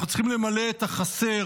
אנחנו צריכים למלא את החסר.